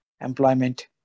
employment